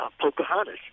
Pocahontas